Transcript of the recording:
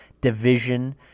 division